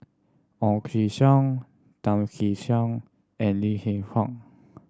Ong Kim Seng Tan Kee Sek and Lim Hng Hiang